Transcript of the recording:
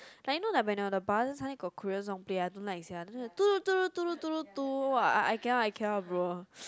like you know like when you on the bus then suddenly got Korean song play I don't like sia then the I I cannot I cannot bro